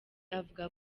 avuga